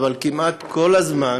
אבל כמעט כל הזמן